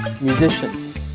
musicians